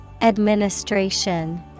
Administration